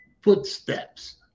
footsteps